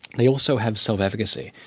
they also have self-efficacy,